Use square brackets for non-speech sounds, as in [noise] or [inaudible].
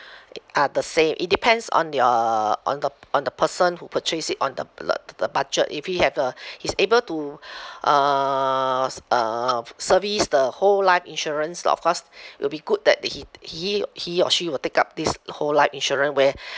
[breath] are the same it depends on your on the p~ on the person who purchase it on the the the budget if he have uh he's able to [breath] uh s~ uh service the whole life insurance of course will be good that he he he or she will take up this whole life insurance where